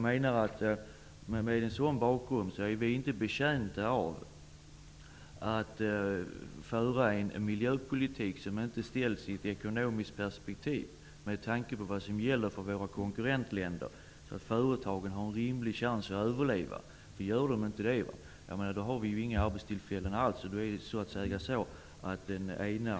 Med en sådan bakgrund är vi inte betjänta av att föra en miljöpolitik som inte ses i ett ekonomiskt perspektiv med tanke på vad som gäller för våra konkurrentländer, så att företagen har en rimlig chans att överleva. Gör de inte det kommer vi inte att ha några arbetstillfällen. Den ena